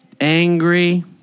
angry